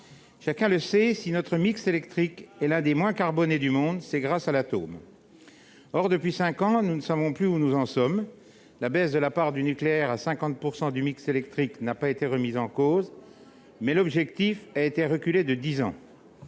Chacun le sait, si notre mix électrique est l'un des moins carbonés du monde, c'est grâce à l'atome. Or, depuis cinq ans, nous ne savons plus où nous en sommes. La baisse de la part du nucléaire à 50 % du mix électrique n'a certes pas été remise en cause, mais l'objectif a été retardé de dix ans.